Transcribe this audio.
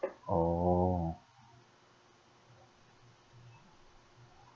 orh